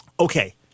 Okay